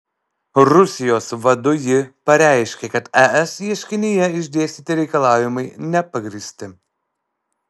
rusijos vadu ji pareiškė kad es ieškinyje išdėstyti reikalavimai nepagrįsti